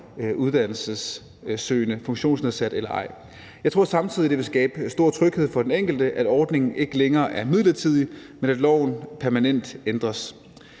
uddannelsessøgende, funktionsnedsat eller ej. Jeg tror samtidig, at det vil skabe stor tryghed for den enkelte, at ordningen ikke længere er midlertidig, men at loven permanent ændres.